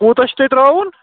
کوٗتاہ چھُو تۄہہِ ترٛاوُن